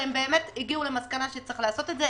והם באמת הגיעו למסקנה שצריך לעשות את זה,